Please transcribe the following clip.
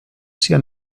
sia